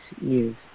use